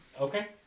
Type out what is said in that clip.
Okay